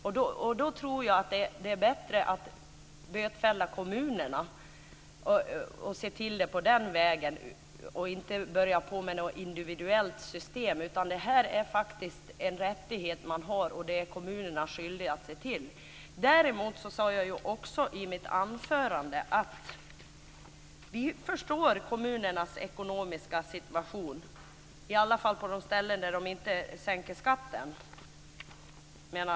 Jag tror att det är bättre att bötfälla kommunerna än att införa något slags individuellt system. Det gäller en rättighet som de funktionshindrade har, och kommunerna är skyldiga att se till att den tillgodoses. Jag sade också i mitt anförande att vi har förståelse för den ekonomiska situationen för kommunerna, i alla fall för dem som inte sänker skatten.